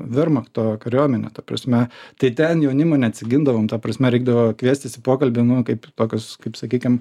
vermachto kariuomenę ta prasme tai ten jaunimu neatsigindavom ta prasme reikdavo kviestis į pokalbį nu kaip tokius kaip sakykim